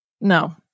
No